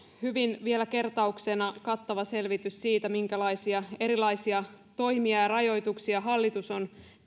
vielä kertauksena hyvin kattava selvitys siitä minkälaisia erilaisia toimia ja rajoituksia hallitus on